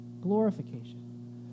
glorification